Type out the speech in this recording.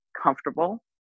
comfortable